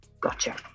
Gotcha